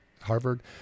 Harvard